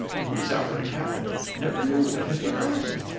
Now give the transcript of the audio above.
who was out when it happened, never knew what had become of me.